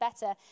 better